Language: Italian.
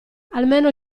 almeno